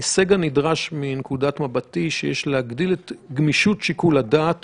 את גמישות שיקול הדעת